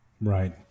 right